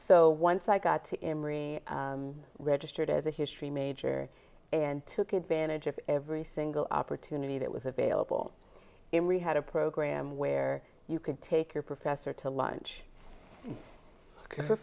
so once i got to him marie registered as a history major and took advantage of every single opportunity that was available and we had a program where you could take your professor to lunch for